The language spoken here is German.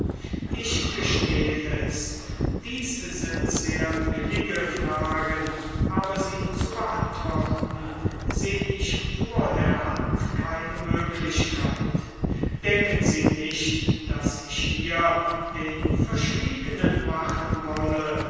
ich gesteh es dies sind sehr billige fragen aber sie zu beantworten seh ich vor der hand keine möglichkeit denken sie nicht daß ich hier den verschwiegnen machen wolle